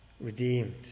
redeemed